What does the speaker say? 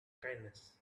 kindness